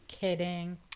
kidding